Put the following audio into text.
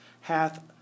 hath